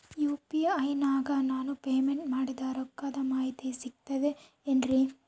UPI ನಾಗ ನಾನು payment ಮಾಡಿದ ರೊಕ್ಕದ ಮಾಹಿತಿ ಸಿಕ್ತದೆ ಏನ್ರಿ?